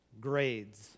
grades